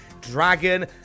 Dragon